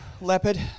Leopard